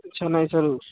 अच्छा नहीं सर